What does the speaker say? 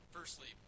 Firstly